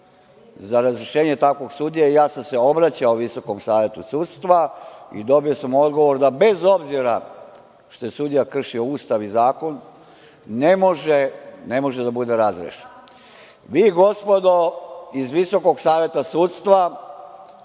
za razrešenje takvog sudije i ja sam se obraćao VSS i dobio sam odgovor, da bez obzira što je sudija kršio Ustav i zakon, ne može da bude razrešen. Vi gospodo iz Visokog saveta sudstva,